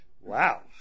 wow